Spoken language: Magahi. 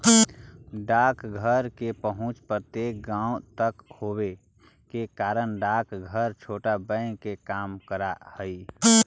डाकघर के पहुंच प्रत्येक गांव तक होवे के कारण डाकघर छोटा बैंक के काम करऽ हइ